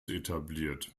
etabliert